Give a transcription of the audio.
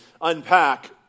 unpack